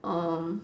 um